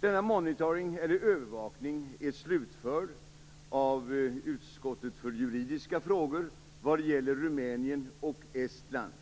Denna monitoring, övervakning, är slutförd av utskottet för juridiska frågor vad gäller Rumänien och Estland.